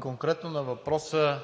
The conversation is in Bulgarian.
Конкретно на въпроса: